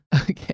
okay